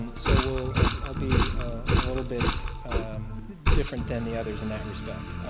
and so we'll we'll be a little bit different than the others in that respect.